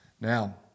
Now